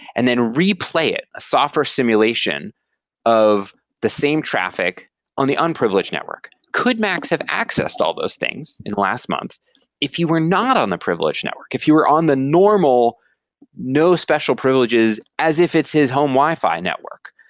and then replay it, a software simulation of the same traffic on the unprivileged network. could max have access to all those things in the last month if you were not on the privileged network, if you are on the normal no special privileges as if it's his home wi-fi wi-fi network?